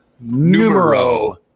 Numero